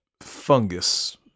fungus